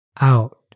Out